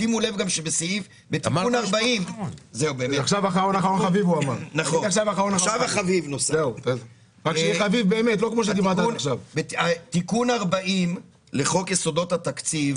שימו לב שתיקון 40 לחוק יסודות התקציב